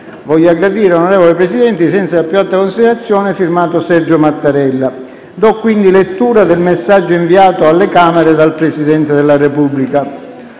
Voglia gradire, Onorevole Presidente, i sensi della mia più alta considerazione. *f.to* Sergio Mattarella». Do quindi lettura del messaggio inviato alle Camere dal Presidente della Repubblica: